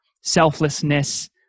selflessness